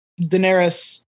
Daenerys